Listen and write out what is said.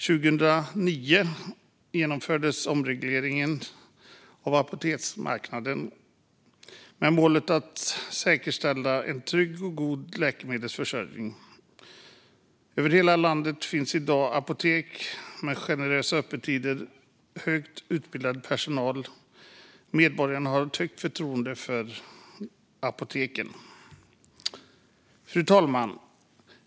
År 2009 genomfördes omregleringen av apoteksmarknaden med målet att säkerställa en trygg och god läkemedelsförsörjning. Över hela landet finns i dag apotek med generösa öppettider och högt utbildad personal. Medborgarna har ett högt förtroende för apoteken. Fru talman!